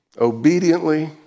obediently